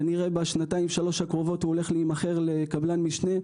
כנראה בשנתיים שלוש הקרובות הוא הולך להימכר לקבלן משנה.